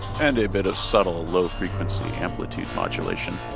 and a bit of subtle low frequency amplitude modulation